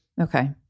Okay